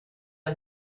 are